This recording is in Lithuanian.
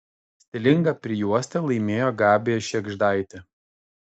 stilingą prijuostę laimėjo gabija šėgždaitė